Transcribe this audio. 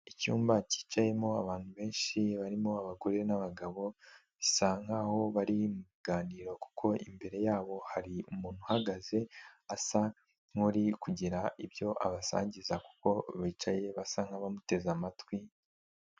Icyumba cyicayemo abantu benshi barimo abagore n'abagabo, bisa nkaho bari mu bganiro kuko imbere yabo hari umuntu uhagaze, asa nk'uri kugira ibyo abasangiza kuko bicaye basa nk'abamuteze amatwi.